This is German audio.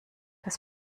das